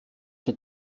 mit